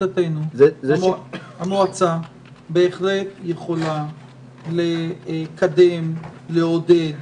המועצה בהחלט יכולה לקדם, לעודד